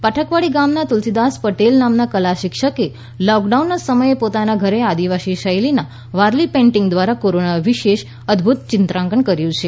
પાઠકવાડી ગામના તુલસીદાસ પટેલ નામના કલાશિક્ષકે લોકડાઉન ના સમયે પોતાના ઘરે આદિવાસી શૈલીના વારલી પેઈન્ટીંગ દ્વારા કોરોના વિષયે અદભુત ચિત્રાંકન કર્યું છે